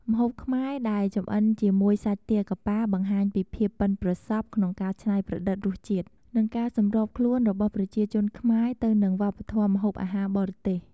ម្ហូបខ្មែរដែលចម្អិនជាមួយសាច់ទាកាប៉ា បង្ហាញពីភាពប៉ិនប្រសប់ក្នុងការច្នៃប្រឌិតរសជាតិ និងការសម្របខ្លួនរបស់ប្រជាជនខ្មែរទៅនឹងវប្បធម៌ម្ហូបអាហារបរទេស។